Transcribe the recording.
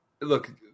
look